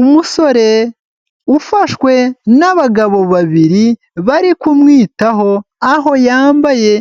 Umusore ufashwe n'abagabo babiri, bari kumwitaho aho yambaye